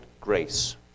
grace